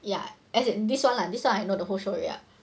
ya as in this one lah this one I know the whole show already